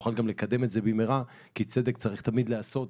שנוכל גם לקדם את זה במהרה כי צדק צריך תמיד להיעשות,